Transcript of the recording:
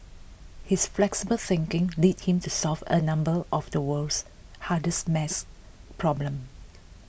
his flexible thinking led him to solve a number of the world's hardest maths problem